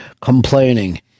complaining